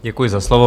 Děkuji za slovo.